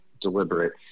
deliberate